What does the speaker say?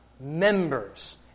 members